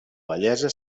vellesa